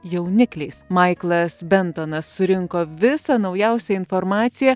jaunikliais maiklas bentonas surinko visą naujausią informaciją